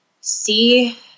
see